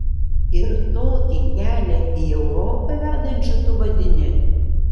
ir tokį kelią į europą vedančiu tu vadini